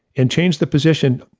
and changed the position,